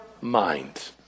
mind